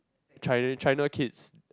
chi~ China kids